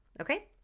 okay